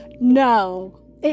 no